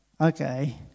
okay